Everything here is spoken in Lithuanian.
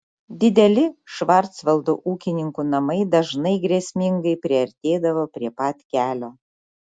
dideli švarcvaldo ūkininkų namai dažnai grėsmingai priartėdavo prie pat kelio